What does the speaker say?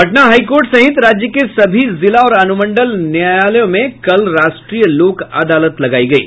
Patna high court सहित राज्य के सभी जिला और अनुमंडल न्यायालयों में कल राष्ट्रीय लोक अदालत लगायी गयी